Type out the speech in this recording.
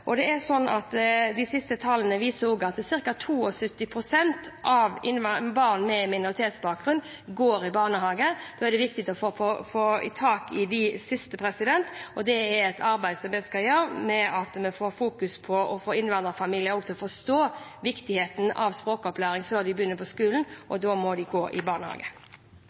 De siste tallene viser at ca. 72 pst. av barn med minoritetsbakgrunn går i barnehage, og da er det viktig å få tak i de siste. Dette er et arbeid som vi skal gjøre ved å fokusere på å få innvandrerfamilier til å forstå viktigheten av språkopplæring før de begynner på skolen, og da må de gå i barnehage.